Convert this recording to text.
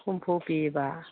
ꯍꯨꯝꯐꯨ ꯄꯤꯌꯦꯕ